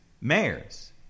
Mayors